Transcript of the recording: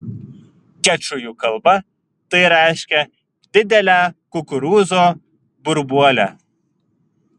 kečujų kalba tai reiškia didelę kukurūzo burbuolę